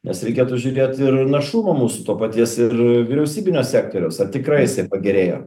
nes reikėtų žiūrėt ir našumą mūsų to paties ir vyriausybinio sektoriaus ar tikrai jisai pagerėjo